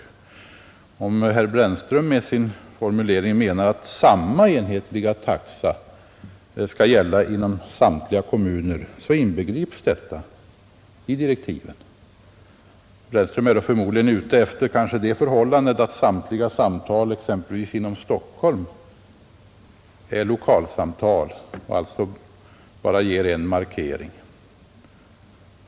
Om herr Brännström med sin formulering menar att samma enhetliga taxa skall gälla inom samtliga kommuner, så inbegrips detta i direktiven. Herr Brännström syftade då förmodligen på att samtliga samtal exempelvis inom Stockholm är lokalsamtal och alltså bara ger en markering.